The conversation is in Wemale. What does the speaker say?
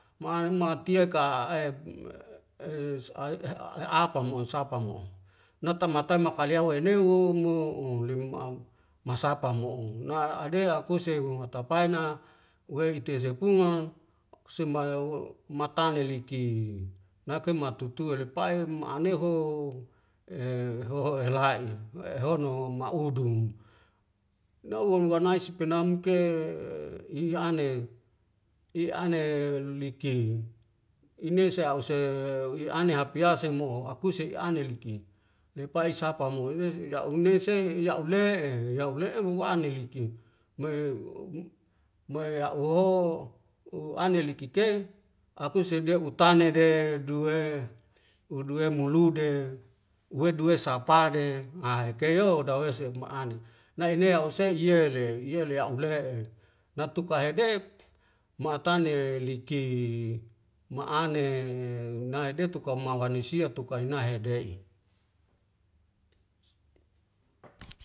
Ma ania ma'atiak sapa mo natamata me kaliau weleum mu'u lemim ma au masapa mo'o na adea kuse hu hatapae na uwei teze pungung aku smelau matane liki nake matutua lepai ma'aneho e hoho elae'i we ehono ma'udui nauam wanais penamuke i ane i ane liki inese a'use i ane hapiase moho akuse i'ane liki lepai sapa mo ya'ule'e ya'ule'e momo aniliki me ugk me a hoho u ane liki ke akuse sedeo kutane ne de duwe uduwe mulude uweh duwe sapane a ekeyo dawesek ma'ane nainea osea yele yele a'u le'e natuka hedek ma'atane liki ma'ane nae detuk kau maganisia tukai nahe dei'